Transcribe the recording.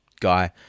guy